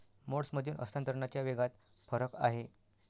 मोड्समधील हस्तांतरणाच्या वेगात फरक आहे